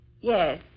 Yes